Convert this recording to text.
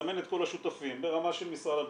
נזמן את כל השותפים ברמה של משרד הבריאות,